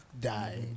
die